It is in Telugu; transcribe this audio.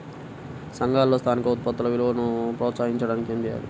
సంఘాలలో స్థానిక ఉత్పత్తుల విలువను ప్రోత్సహించడానికి ఏమి చేయాలి?